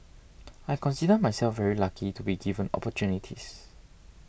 I consider myself very lucky to be given opportunities